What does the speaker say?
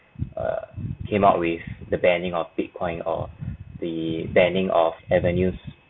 err came up with the banning of bitcoin or the banning of avenues